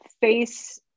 face